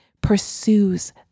pursues